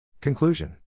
Conclusion